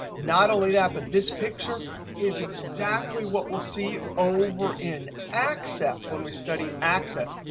not only that, but this picture is exactly what we'll see over in access when we study access,